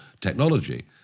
technology